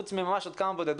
חוץ מממש עוד כמה בודדות,